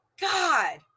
God